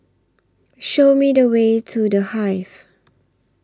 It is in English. Show Me The Way to The Hive